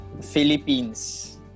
Philippines